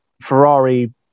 Ferrari